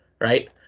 right